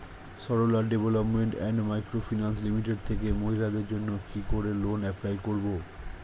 Sarala development and micro finance limited থেকে মহিলাদের জন্য কি করে লোন এপ্লাই করব?